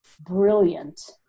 brilliant